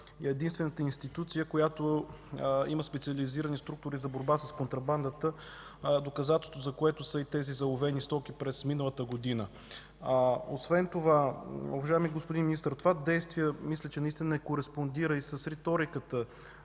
единствената институция, която има специализирани структури за борба с контрабандата, доказателство за което са и тези заловени стоки през миналата година. Освен това, уважаеми господин Министър, това действие мисля, че наистина кореспондира и с риториката,